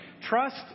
Trust